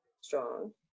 strong